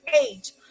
age